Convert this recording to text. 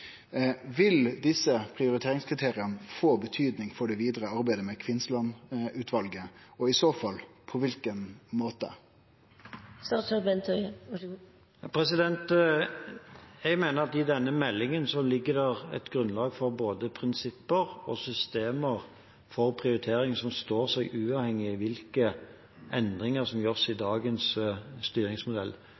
Vil desse prioriteringskriteria få betydning for det vidare arbeidet med Kvinnsland-utvalet, og i så fall på kva måte? Jeg mener at i denne meldingen ligger det et grunnlag for både prinsipper og systemer for prioritering som står seg uavhengig av hvilke endringer som gjøres i dagens styringsmodell.